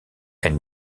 elle